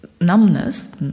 numbness